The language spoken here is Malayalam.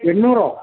എണ്ണൂറോ